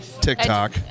TikTok